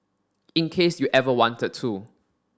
in case you ever wanted to